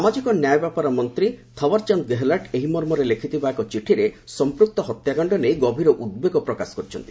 ସାମାଜିକ ନ୍ୟାୟ ବ୍ୟାପାର ମନ୍ତ୍ରୀ ଥଓ୍ୱର୍ଚାନ୍ଦ ଗେହେଲଟ୍ ଏହି ମର୍ମରେ ଲେଖିଥିବା ଏକ ଚିଠିରେ ସଂପୂକ୍ତ ହତ୍ୟାକାଣ୍ଡ ନେଇ ଗଭୀର ଉଦ୍ବେଗର ପ୍ରକାଶ କରିଛନ୍ତି